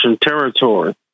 territory